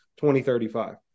2035